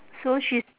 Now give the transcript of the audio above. so she